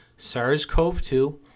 SARS-CoV-2